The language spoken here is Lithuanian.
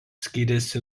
skiriasi